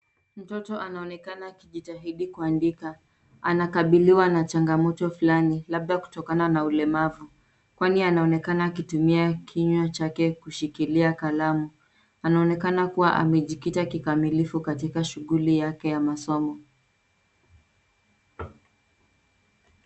Mtoto anaonekana akijitahidi kuandika. Anakabiliwa na changamoto fulani, labda kutokana na ulemavu, kwani anaonekana akitumia kinywa chake kushikilia kalamu. Anaonekana kuwa amejikita kikamilifu katika shughuli yake ya masomo.